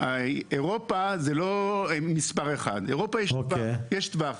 אירופה זה לא מספר אחד, יש טווח,